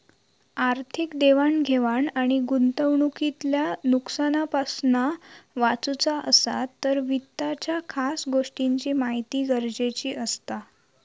आर्थिक देवाण घेवाण आणि गुंतवणूकीतल्या नुकसानापासना वाचुचा असात तर वित्ताच्या खास गोष्टींची महिती गरजेची असता